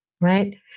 right